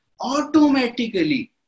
automatically